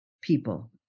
people